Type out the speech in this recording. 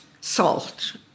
salt